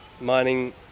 mining